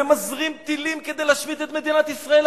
ומזרים טילים ל"חיזבאללה" כדי להשמיד את מדינת ישראל.